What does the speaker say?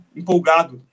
empolgado